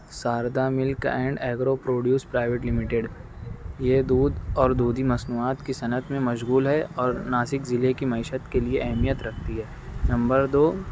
شاردا یہ دودھ اور دودھی مصنوعات کی صنعت میں مشغول ہے اور ناسک ضلعے کی معیشت کے لیے اہمیت رکھتی ہے نمبر دو